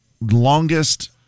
longest